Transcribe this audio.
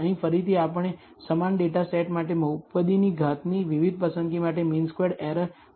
અહીં ફરીથી આપણે સમાન ડેટા સેટ માટે બહુપદીની ઘાતની વિવિધ પસંદગી માટે મીન સ્ક્વેર્ડ એરર બતાવી છે